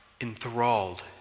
enthralled